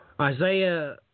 Isaiah